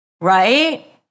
right